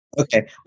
Okay